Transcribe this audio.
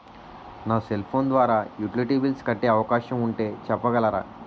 నా cell phone ద్వారా utility bills కట్టే అవకాశం ఉంటే చెప్పగలరా?